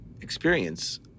experience